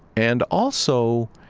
and also,